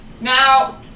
Now